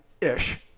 ish